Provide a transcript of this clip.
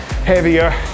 heavier